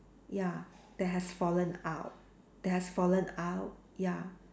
ya that has fallen out that has fallen out ya